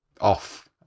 off